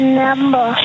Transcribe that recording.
number